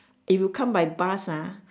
if you come by bus ah